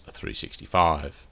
365